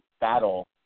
battle